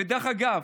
ודרך אגב,